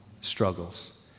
struggles